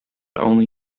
only